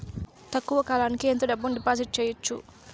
తక్కువ కాలానికి ఎంత డబ్బును డిపాజిట్లు చేయొచ్చు?